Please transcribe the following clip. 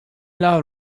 love